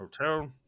Hotel